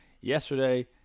yesterday